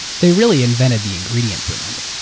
they really invented the ingredient brand.